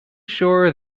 sure